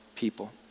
people